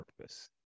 purpose